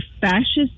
fascist